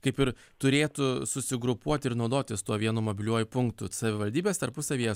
kaip ir turėtų susigrupuoti ir naudotis tuo vienu mobiliuoju punktu savivaldybės tarpusavyje